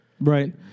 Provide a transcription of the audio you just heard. Right